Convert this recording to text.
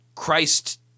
Christ